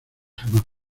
jamás